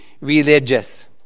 religious